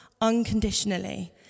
unconditionally